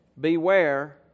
Beware